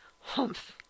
Humph